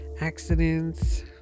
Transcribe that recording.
accidents